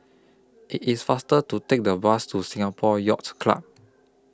IT IS faster to Take The Bus to Singapore Yacht Club